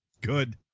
Good